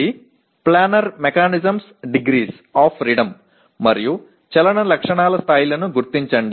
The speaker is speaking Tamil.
அடுத்ததாக பிளானர் பொறிமுறைகளின் சுதந்திரம் மற்றும் இயக்க பண்புகளை அடையாளம் காணுங்கள்